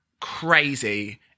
crazy